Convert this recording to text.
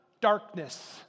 darkness